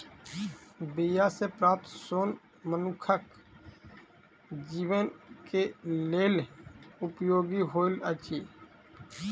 बीया सॅ प्राप्त सोन मनुखक जीवन के लेल उपयोगी होइत अछि